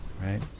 right